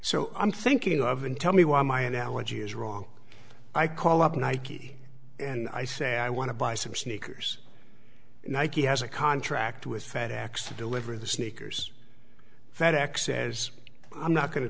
so i'm thinking of an tell me why my analogy is wrong i call up nike and i say i want to buy some sneakers nike has a contract with fedex to deliver the sneakers fedex says i'm not going to